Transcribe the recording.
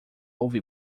ouve